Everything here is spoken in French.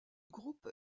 groupe